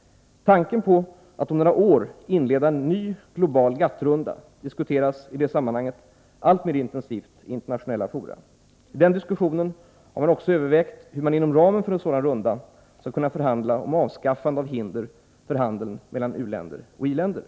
Tanken på att om några år inleda en ny global GATT-runda diskuteras i det sammanhanget alltmer intensivt i internationella fora. I denna diskussion har också övervägts hur man inom ramen för en sådan runda skulle kunna förhandla om avskaffande av hinder för handeln mellan u-länder och 87 i-länder.